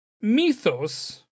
mythos